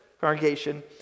congregation